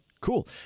Cool